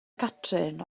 catrin